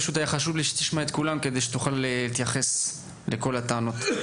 פשוט היה חשוב לי שתשמע את כולם כדי שתוכל להתייחס לכל הטענות,